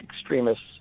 extremists